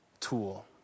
tool